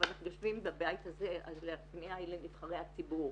אבל אנחנו יושבים בבית הזה אז הפנייה היא לנבחרי הציבור,